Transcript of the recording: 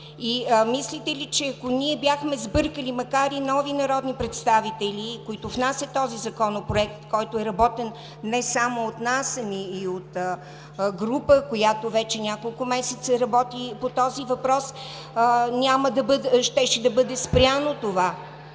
Мислите ли, че ако ние бяхме сбъркали – макар и нови народни представители, които внасят този Законопроект, който е работен не само от нас, а и от група, която вече няколко месеца работи по този въпрос, щеше да бъде спряно това?